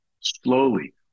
slowly